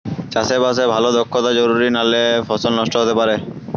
চাষে বাসে ভালো দক্ষতা জরুরি নালে ফসল নষ্ট হতে পারে